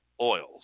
oils